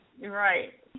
Right